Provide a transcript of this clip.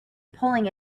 pulling